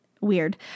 weird